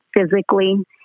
physically